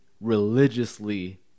religiously